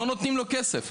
לא נותנים לו להעביר כסף.